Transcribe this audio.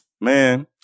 Man